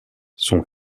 son